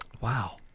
Wow